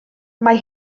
mae